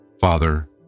Father